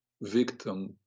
victim